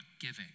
giving